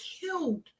killed